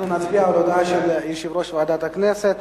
אנחנו נצביע על ההודעה של יושב-ראש ועדת הכנסת